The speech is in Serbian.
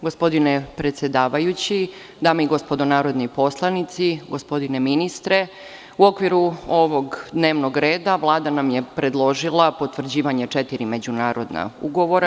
Gospodine predsedavajući, dame i gospodo narodni poslanici, gospodine ministre, u okviru ovog dnevnog reda Vlada nam je predložila potvrđivanje četiri međunarodna ugovora.